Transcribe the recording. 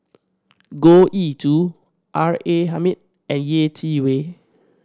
Goh Ee Choo R A Hamid and Yeh Chi Wei